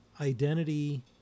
identity